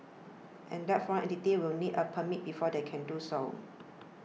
and that foreign entities will need a permit before they can do so